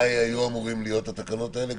ומתי היו אמורות להיות התקנות האלה?